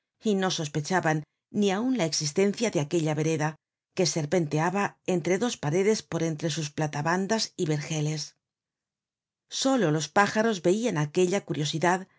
y no sospechaban ni aun la existencia de aquella vereda que serpenteaba entre dos paredes por entre sus platabandas y vergeles solo los pájaros veian aquella curiosidad